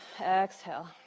Exhale